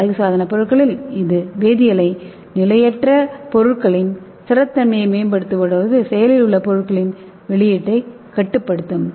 எனவே அழகுசாதனப் பொருட்களில் இது வேதியியலை நிலையற்ற பொருட்களின் ஸ்திரத்தன்மையை மேம்படுத்துவதோடு செயலில் உள்ள பொருட்களின் வெளியீட்டைக் கட்டுப்படுத்தும்